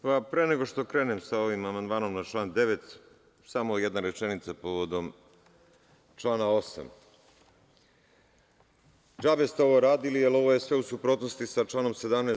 Pre nego što krenem sa ovim amandmanom na član 9. samo jedna rečenica povodom člana 8. DŽabe ste ovo radili jer ovo je sve u suprotnosti sa članom 17.